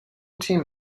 تیم